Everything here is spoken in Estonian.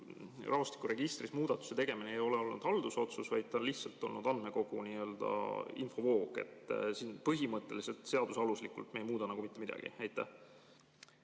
rahvastikuregistris sellise muudatuse tegemine ei ole olnud haldusotsus, vaid on lihtsalt olnud andmekogu n-ö infovoog, ja põhimõtteliselt seadusaluslikult me ei muuda justkui mitte midagi? Aitäh!